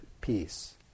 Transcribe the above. peace